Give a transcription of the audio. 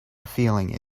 feeling